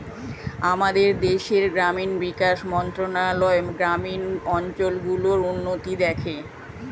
আমাদের দেশের গ্রামীণ বিকাশ মন্ত্রণালয় গ্রামীণ অঞ্চল গুলোর উন্নতি দেখে